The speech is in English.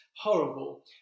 Horrible